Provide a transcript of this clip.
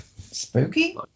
Spooky